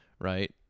right